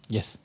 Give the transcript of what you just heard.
Yes